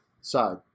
side